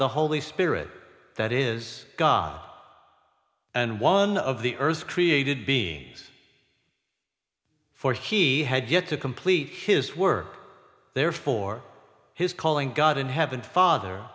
the holy spirit that is god and one of the earth created beings for he had yet to complete his work therefore his calling god in heaven father